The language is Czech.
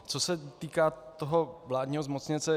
Co se týká vládního zmocněnce.